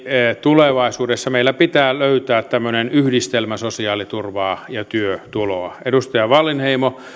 tulevaisuudessa meidän pitää löytää tämmöinen yhdistelmä sosiaaliturvaa ja työtuloa edustaja wallinheimo